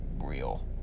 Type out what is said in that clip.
real